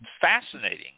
fascinating